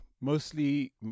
mostly